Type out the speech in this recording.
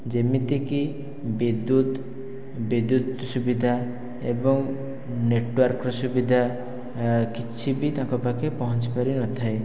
ଯେମିତିକି ବିଦ୍ୟୁତ ବିଦ୍ୟୁତ ସୁବିଧା ଏବଂ ନେଟୱାର୍କର ସୁବିଧା କିଛି ବି ତାଙ୍କ ପାଖରେ ପହଞ୍ଚି ପାରିନଥାଏ